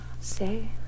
Say